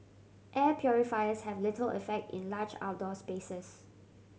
air purifiers have little effect in large outdoor spaces